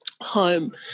home